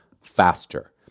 faster